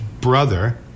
brother